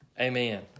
amen